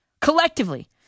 collectively